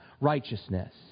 righteousness